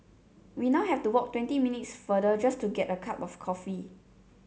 we now have to walk twenty minutes farther just to get a cup of coffee